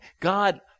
God